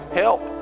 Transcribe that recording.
help